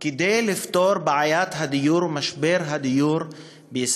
כדי לפתור את משבר הדיור בישראל.